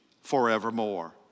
forevermore